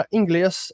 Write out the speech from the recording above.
inglês